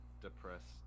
depressed